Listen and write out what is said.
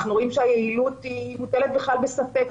אנחנו רואים שהיעילות היא מוטלת בכלל בספק,